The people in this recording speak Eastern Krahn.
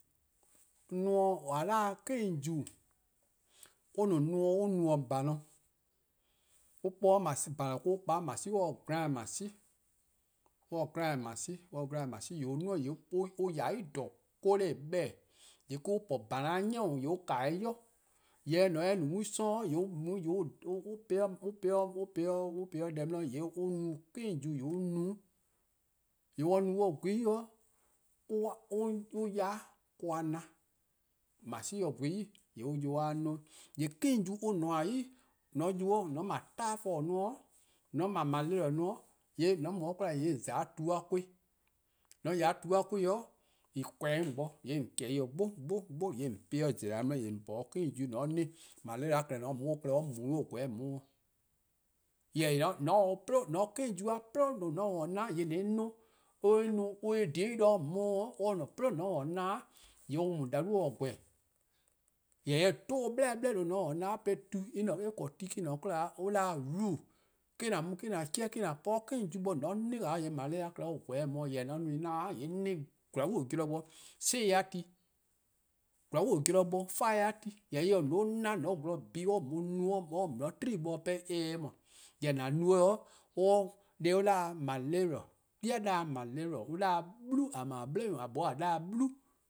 Nomor :a 'da-dih-a 'kejuice, :or-: no, nomor an no-dih :mai'or, an kpa or 'de machine worn, gran-a machine, gran-a machine, gran-a machine, :yee' on 'duo-or, :yee' or :ya 'de 'kolo+ :klaba+ :en 'beh-a, yee' 'de :wor on po :mai'or-a ni :yee' on kan-or worn 'i, :yee' :mor eh no 'we 'sororn' :yee' on po-eh 'de deh 'di, :yee' on no 'kejuice, :yee' on no-', :yee' :mor on no-' on :gweh 'i, mo-: an ya 'de a 'na, :mor machine gweh or 'i :yee' on :ya-or 'de a 'na-or-'. :yee' 'kejuice on :nmor-' 'yi, :mor :on ya-or 'de :mor :on 'ble typhus 'i, :mor :on 'ble malaria 'i, :yee' :mor :on mu 'de 'kwla :yee' :on :za 'de tu-a 'kon+, :mor :on :ya 'de tu-a 'kon+, :yee' :on pobo 'o en bo-dih :on chehn-dih dih 'gbo, 'gbo :on po-ih 'de :zolo-eh 'di :yee' :on po 'de kejuice, :mor :on 'na-or, malaria-a klehkpeh or :ne-a on, or mu, or :gweh mon-' dih. Jorwor: :mor :on ta-a 'kejuice-a 'plo :due-a' 'na-' :yee' an 'na-uh an :dhiei' 'de :on ku zorn, :mor or :ne 'plo :on ta-or-a na-' :yee' or mu :on nyomor dih :gweh. Jorwor: :mor eh 'dhu or 'bleh 'bleh :due' :on ta-or 'na, tu :eh :korn tu+ me-: :ne 'de 'kwla, an 'da-dih-a root, me-: :an mu :an chehn :an po 'de 'kejuice bo :mor :on 'na-ih :an 'ye-a :yee' malaria-a or :gweh mor-: dih. Jorwor: :mor :an mu-ih na, :yee' 'na-ih zorn bo :mla 'i six-a ti, zorn bo five-a ti, jorwor eh :se :on 'ye-or 'na :on 'ye gwlor 'dleh or 'ye :on no :on 'ye 'kpa-gwie:+ bo-dih 'pehn eh :se-eh :mor. Jorwor: :an no-eh or 'ye deh an 'da-dih-a :malaria, 'kwi-a 'da-dih-a :malaria, 'blu, :a :mor :a 'bli-nyor+ :a 'da-dih-eh 'blu.